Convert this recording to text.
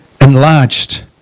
enlarged